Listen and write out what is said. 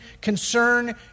concern